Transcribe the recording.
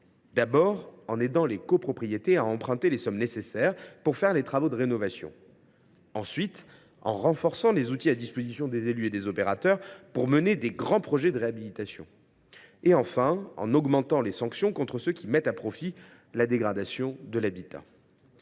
d’abord, nous aidons les copropriétés à emprunter les sommes nécessaires pour réaliser les travaux de rénovation. Ensuite, nous renforçons les outils à disposition des élus et des opérateurs pour mener de grands projets de réhabilitation. Enfin, nous augmentons les sanctions contre ceux qui tirent profit de la dégradation de l’habitat.